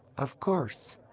of course.